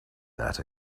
that